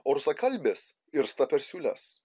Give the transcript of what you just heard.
o rusakalbės irsta per siūles